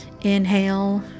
inhale